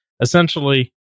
essentially